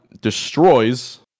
destroys